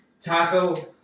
Taco